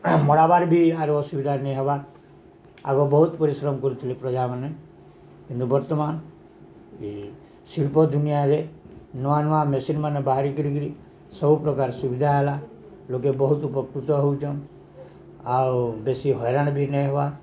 ମଡ଼ବାର ବି ଆରୁ ଅସୁବିଧା ନାଇଁ ହେବା ଆଗ ବହୁତ ପରିଶ୍ରମ କରୁଥିଲେ ପ୍ରଜାମାନେ କିନ୍ତୁ ବର୍ତ୍ତମାନ ଏଇ ଶିଳ୍ପ ଦୁନିଆରେ ନୂଆ ନୂଆ ମେସିନ୍ମାନେ ବାହାରି କରିକିରି ସବୁପ୍ରକାର ସୁବିଧା ହେଲା ଲୋକେ ବହୁତ ଉପକୃତ ହେଉଛନ୍ ଆଉ ବେଶୀ ହଇରାଣ ବି ନାଇଁ ହେବା